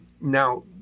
Now